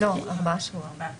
לא, ארבעה שבועות